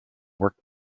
worked